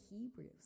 Hebrews